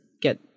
get